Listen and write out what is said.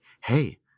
hey